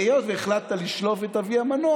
שהיות שהחלטת לשלוף את אבי המנוח,